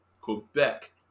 Quebec